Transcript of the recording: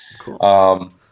Cool